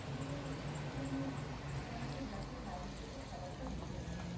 শুধু একটুখানি ফাঁকা রাখে যাতে বাইরের থেকে খাবারটা দিতে পারে